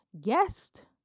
Guest